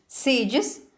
Sages